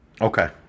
Okay